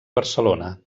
barcelona